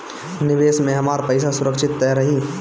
निवेश में हमार पईसा सुरक्षित त रही?